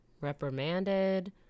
reprimanded